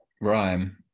rhyme